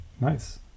Nice